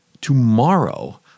tomorrow